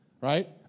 right